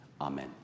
Amen